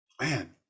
Man